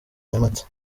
nyamata